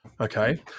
Okay